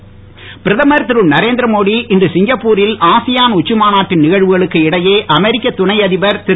மோடி பிரதமர் திரு நரேந்திர மோடி இன்று சிங்கப்புரில் ஆசியான் உச்சி மாநாட்டின் நிகழ்வுகளுக்கு இடையே அமெரிக்க துணை அதிபர் திரு